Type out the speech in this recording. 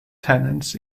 tenants